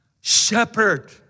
shepherd